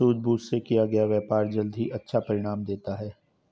सूझबूझ से किया गया व्यापार जल्द ही अच्छा परिणाम देता है